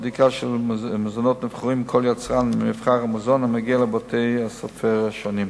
בדיקה של מזונות נבחרים מכל יצרן המגיע לבתי-הספר השונים,